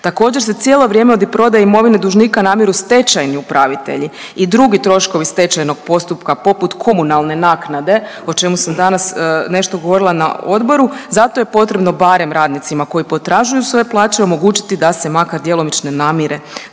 Također se cijelo vrijeme od prodaje imovine dužnika namiru stečajni upravitelji i drugi troškovi stečajnog postupka poput komunalne naknade, o čemu sam danas nešto govorila na odboru, zato je potrebno barem radnicima koji potražuju svoje plaće omogućiti da se makar djelomične namire.